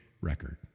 record